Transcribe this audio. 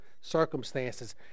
Circumstances